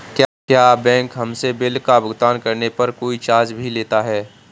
क्या बैंक हमसे बिल का भुगतान करने पर कोई चार्ज भी लेता है?